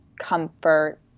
comfort